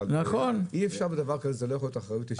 אבל בדבר כזה לא יכולה להיות אחריות אישית.